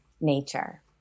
Nature